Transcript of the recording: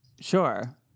Sure